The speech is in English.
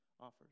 offers